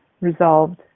resolved